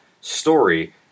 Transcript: story